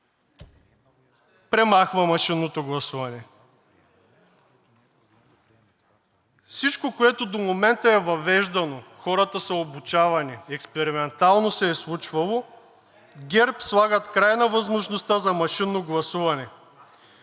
премахва машинното гласуване. Всичко, което до момента е въвеждано, хората са обучавани, експериментално се е случвало, ГЕРБ слагат край на възможността за машинно гласуване.